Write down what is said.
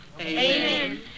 Amen